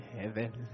heaven